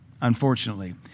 Unfortunately